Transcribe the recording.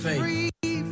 free